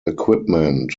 equipment